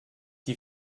die